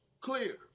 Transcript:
Clear